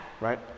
right